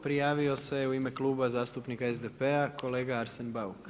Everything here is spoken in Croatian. Prijavio se u ime Kluba zastupnika SDP-a kolega Arsen Bauk.